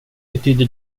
betyder